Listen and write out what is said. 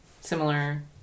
similar